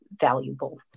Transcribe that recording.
valuable